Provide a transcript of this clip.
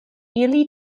ili